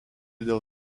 dėl